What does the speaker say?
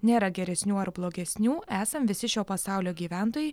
nėra geresnių ar blogesnių esam visi šio pasaulio gyventojai